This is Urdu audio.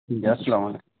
جی السلام علیکم